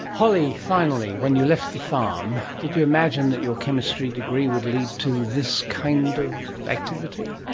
holly, finally, when you left the farm, did you imagine that your chemistry degree would lead to this kind of activity?